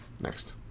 Next